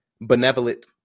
benevolent